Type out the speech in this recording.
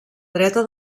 dreta